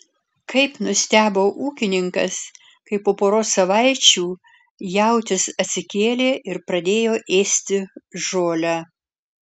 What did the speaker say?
kaip nustebo ūkininkas kai po poros savaičių jautis atsikėlė ir pradėjo ėsti žolę